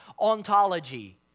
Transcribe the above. ontology